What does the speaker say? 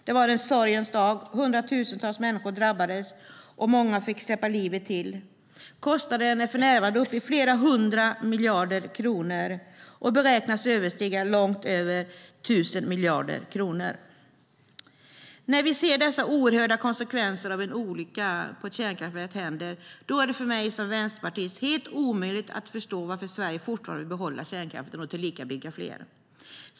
Det var en sorgens dag. Hundratusentals människor drabbades, och många fick sätta livet till. Kostnaderna är för närvarande uppe i flera hundra miljarder kronor och beräknas bli långt över tusen miljarder kronor. När vi ser dessa oerhörda konsekvenser av en olycka på ett kärnkraftverk är det för mig som vänsterpartist helt omöjligt att förstå varför Sverige fortfarande vill behålla kärnkraften, tillika bygga fler kärnkraftverk.